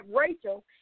Rachel